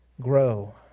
grow